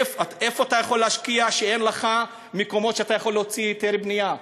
איפה אתה יכול להשקיע כשאין לך מקומות שאתה יכול להוציא בהם היתר בנייה?